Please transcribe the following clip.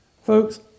Folks